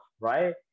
right